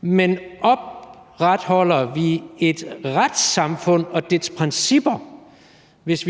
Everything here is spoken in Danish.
men opretholder vi et retssamfund og dets principper, hvis